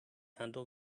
handle